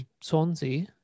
Swansea